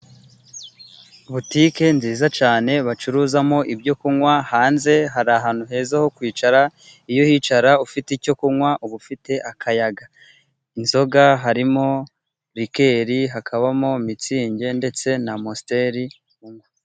Butike nziza cyane bacuruzamo ibyo kunywa hanze hari ahantu heza ho kwicara, iyo uhicara ufite icyo kunywa uba ufite akayaga. Inzoga harimo likeri, hakabamo mitsingi, ndetse n'amusiteri .